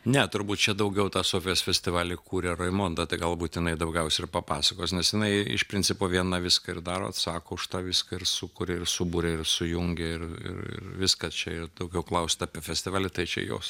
ne turbūt čia daugiau tą sofijos festivalį kuria raimonda tai gal būt jinai daugiausia ir papasakos nes jinai iš principo viena viską ir daro atsako už tą viską sukuria ir suburia ir sujungia ir ir ir viskas čia daugiau klausti apie festivalį tai čia jos